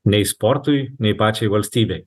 nei sportui nei pačiai valstybei